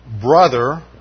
brother